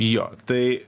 jo tai